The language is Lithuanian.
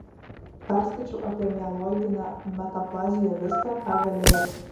perskaičiau apie mieloidinę metaplaziją viską ką galėjau